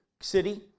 city